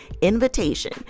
invitation